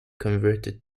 converted